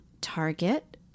Target